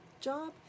job